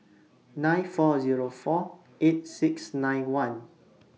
nine four Zero four eight six nine one